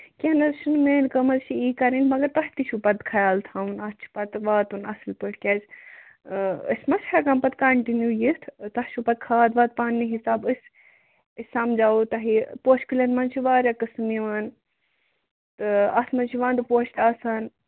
کیٚنٛہہ نہَ حظ چھُنہٕ میٛٲنۍ کٲم حظ چھِ یی کَرٕنۍ مَگر تۄہہِ تہِ چھُو پَتہٕ خَیال تھاوُن اَتھ چھُ پَتہٕ واتُن اَصٕل پٲٹھۍ کیٛازِ أسۍ ما چھِ ہٮ۪کان پَتہٕ کَنٹِنیٛوٗ یِتھ تۄہہِ چھُو پَتہٕ کھاد واد پَنٕنہِ حِسابہٕ أسۍ أسۍ سَمجھاوو تۄہہِ پوشہٕ کُلٮ۪ن منٛز چھِ واریاہ قٕسٕم یِوان تہٕ اَتھ منٛز چھُ وَنٛدٕ پوش تہِ آسان